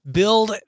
build